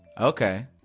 Okay